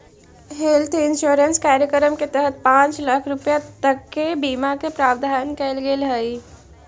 health insurance कार्यक्रम के तहत पांच लाख रुपया तक के बीमा के प्रावधान कैल गेल हइ